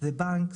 בנק,